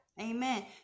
Amen